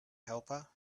helper